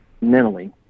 mentally